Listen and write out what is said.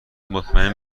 مطمئن